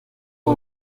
uyu